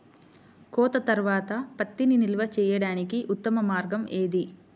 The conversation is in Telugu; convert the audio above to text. కోత తర్వాత పత్తిని నిల్వ చేయడానికి ఉత్తమ మార్గం ఏది?